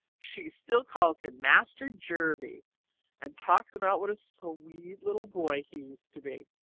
she still calls him master jervie and talks about what a sweet little boy he used to be.